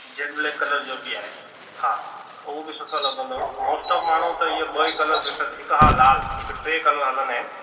Z black colour जो बि आहे हा उहो बि सुठो लॻंदो मोस्ट ऑफ़ माण्हूं त हीअ ॿ ई कलर प्रिफ़र हिकु हा लाल हिकु टे कलर हलंदा आहिनि